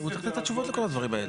הוא צריך לתת תשובות לכל הדברים האלה.